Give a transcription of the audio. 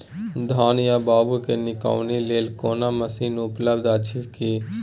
धान या बाबू के निकौनी लेल कोनो मसीन उपलब्ध अछि की?